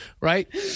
right